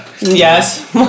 Yes